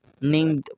named